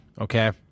okay